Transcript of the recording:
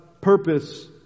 purpose